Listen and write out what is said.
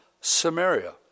Samaria